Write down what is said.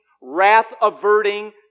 wrath-averting